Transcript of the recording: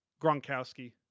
Gronkowski